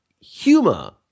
humor